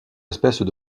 espèces